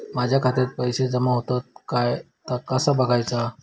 माझ्या खात्यात पैसो जमा होतत काय ता कसा बगायचा?